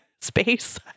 space